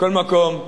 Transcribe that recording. מכל מקום,